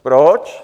Proč?